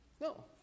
No